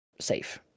safe